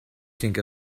think